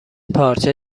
پارچه